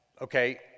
okay